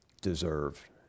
deserve